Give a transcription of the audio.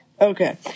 Okay